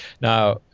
Now